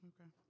Okay